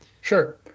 Sure